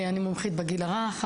אני מומחית בגיל הרך,